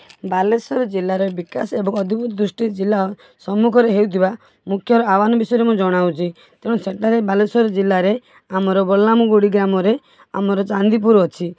ବାଲେଶ୍ୱର ଜିଲ୍ଲାର ବିକାଶ ଏବଂ ଦୃଷ୍ଟି ଜିଲ୍ଲା ସମ୍ମୁଖରେ ହୋଉଥିବା ମୁଖ୍ୟର ଆହ୍ୱାନ ବିଷୟରେ ମୁଁ ଜଣାଉଛି ତେଣୁ ସେଠାରେ ବାଲେଶ୍ୱର ଜିଲ୍ଲାରେ ଆମର ଗ୍ରାମରେ ଆମର ଚାନ୍ଦିପୁର ଅଛି